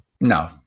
No